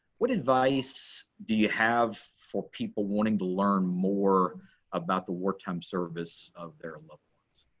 what advice do you have for people wanting to learn more about the wartime service of their loved ones?